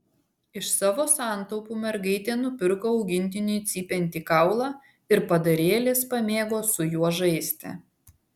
iš savo santaupų mergaitė nupirko augintiniui cypiantį kaulą ir padarėlis pamėgo su juo žaisti